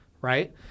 Right